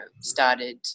started